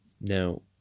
Now